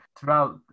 throughout